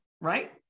right